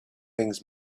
things